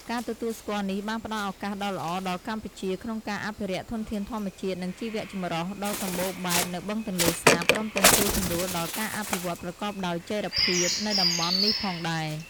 ការទទួលស្គាល់នេះបានផ្ដល់ឱកាសដ៏ល្អដល់កម្ពុជា ក្នុងការ អភិរក្សធនធានធម្មជាតិ និងជីវចម្រុះ ដ៏សម្បូរបែបនៅបឹងទន្លេសាប ព្រមទាំងជួយសម្រួលដល់ ការអភិវឌ្ឍន៍ប្រកបដោយចីរភាព នៅតំបន់នេះផងដែរ។